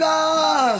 God